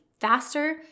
faster